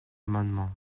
amendement